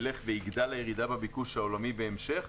הירידה בביקוש העולמי תגדל בהמשך,